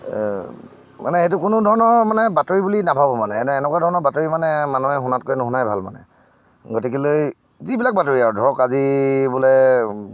মানে এইটো কোনো ধৰণৰ মানে বাতৰি বুলি নাভাবোঁ মানে এনে এনেকুৱা ধৰণৰ বাতৰি মানে মানুহে শুনাতকৈ নুশুনাই ভাল মানে গতিকেলৈ যিবিলাক বাতৰি আৰু ধৰক আজি বোলে